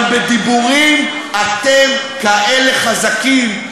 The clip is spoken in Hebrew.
אבל בדיבורים אתם כאלה חזקים: